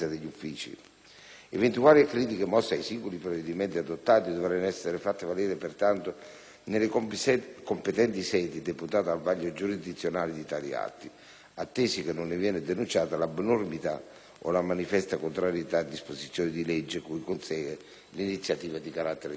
Eventuali critiche, mosse ai singoli provvedimenti adottati, dovranno essere fatte valere, pertanto, nelle competenti sedi deputate al vaglio giurisdizionale di tali atti, atteso che non ne viene denunciata l'abnormità o la manifesta contrarietà a disposizioni di legge, cui consegue l'iniziativa di carattere disciplinare.